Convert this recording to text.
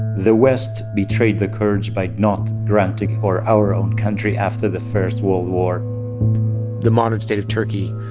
the west betrayed the kurds by not granting for our own country after the first world war the modern state of turkey,